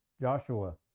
Joshua